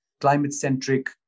climate-centric